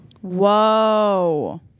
Whoa